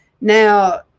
Now